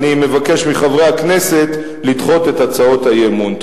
אני מבקש מחברי הכנסת לדחות את הצעות האי-אמון.